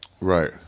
right